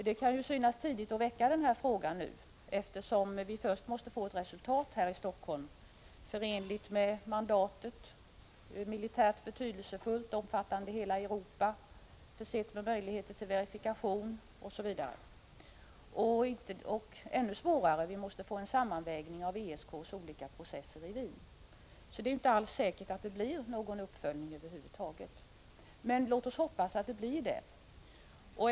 Det kan synas tidigt att väcka denna fråga nu, eftersom vi först måste få ett resultat här i Helsingfors förenligt med mandatet, av militär betydelse, omfattande hela Europa, försett med möjligheter till verifikation osv. Vi måste också, vilket är ännu svårare, få en sammanvägning av ESK:s olika processer i Wien. Det är därför inte alls säkert att det blir någon uppföljning över huvud taget, men låt oss hoppas att det blir en sådan.